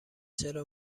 چرا